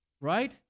Right